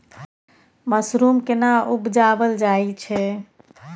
Mushroom केना उबजाबल जाय छै?